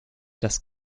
das